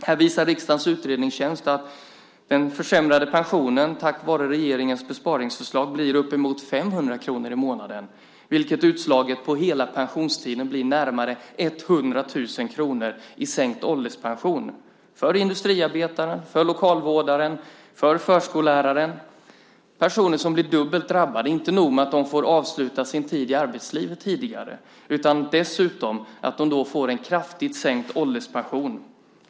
Här visar riksdagens utredningstjänst att den försämrade pensionen på grund av regeringens besparingsförslag blir uppemot 500 kr i månaden, vilket utslaget på hela pensionstiden blir närmare 100 000 kr i sänkt ålderspension för industriarbetaren, för lokalvårdaren och för förskolläraren. Det är personer som blir dubbelt drabbade. Det är inte nog med att de får avsluta sin tid i arbetslivet tidigare. De får dessutom en kraftigt sänkt ålderspension.